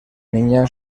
niña